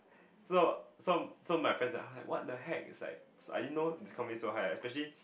so so so my friends are like what the heck is like I didn't know this company so high especially